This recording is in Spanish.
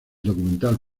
documental